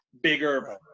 bigger